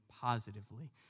positively